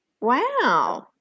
Wow